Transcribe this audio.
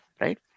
right